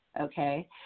okay